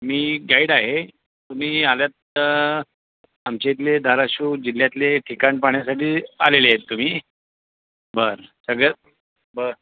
मी guide आहे तुम्ही आल्या आहात आमच्याइथले धाराशिव जिल्ह्यातले ठिकाण पाहण्यासाठी आलेले आहेत तुम्ही बर सगळ्यांत बर